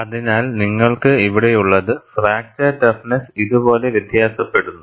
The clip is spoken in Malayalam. അതിനാൽ നിങ്ങൾക്ക് ഇവിടെയുള്ളത് ഫ്രാക്ചർ ടഫ്നെസ്സ് ഇതുപോലെ വ്യത്യാസപ്പെടുന്നു